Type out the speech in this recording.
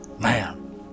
man